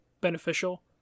beneficial